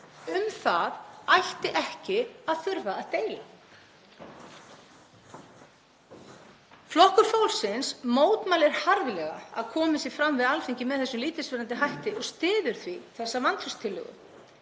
Um það ætti ekki að þurfa að deila. Flokkur fólksins mótmælir harðlega að komið sé fram við Alþingi með þessum lítilsvirðandi hætti og styður því þessa vantrauststillögu.